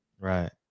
Right